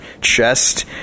chest